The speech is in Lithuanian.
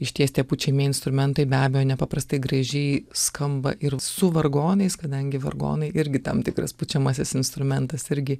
išties tie pučiamieji instrumentai be abejo nepaprastai gražiai skamba ir su vargonais kadangi vargonai irgi tam tikras pučiamasis instrumentas irgi